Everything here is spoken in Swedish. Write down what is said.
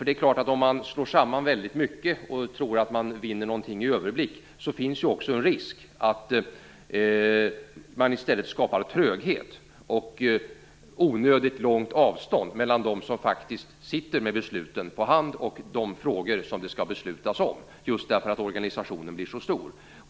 Det är klart att om man slår samman väldigt mycket och tror att man vinner något i överblick, finns det också en risk att man i stället skapar tröghet och onödigt långt avstånd mellan dem som faktiskt sitter med besluten på hand och de frågor som det skall beslutas om just därför att organisationen blir så stor.